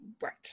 Right